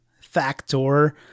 Factor